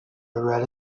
red